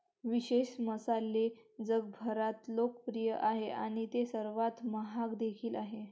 विशेष मसाले जगभरात लोकप्रिय आहेत आणि ते सर्वात महाग देखील आहेत